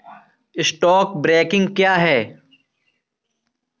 Stock broking क्या है?